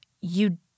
you-